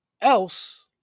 else